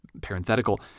Parenthetical